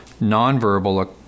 nonverbal